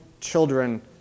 children